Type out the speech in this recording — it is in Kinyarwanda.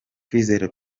kwizera